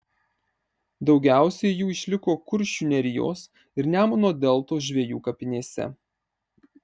daugiausiai jų išliko kuršių nerijos ir nemuno deltos žvejų kapinėse